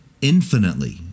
infinitely